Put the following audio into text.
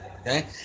Okay